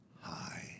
high